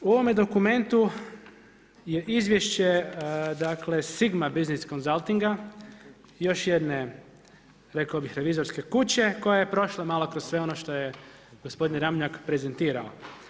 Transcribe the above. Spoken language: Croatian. U ovome dokumentu je izvješće dakle Sigma Business Consultinga, još jedne rekao bih revizorske kuće koja je prošla malo kroz sve ono što je gospodin Ramljak prezentirao.